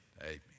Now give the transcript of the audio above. Amen